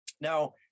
Now